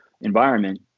environment